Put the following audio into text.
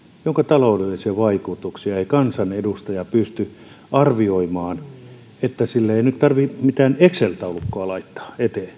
jonka taloudellisia vaikutuksia ei kansanedustaja pysty arvioimaan sille ei nyt tarvitse mitään excel taulukkoa laittaa eteen